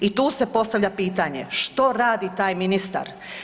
I tu se postavlja pitanje, što radi taj ministar?